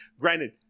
Granted